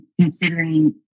considering